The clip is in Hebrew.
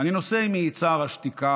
"אני נושא עימי את צער השתיקה",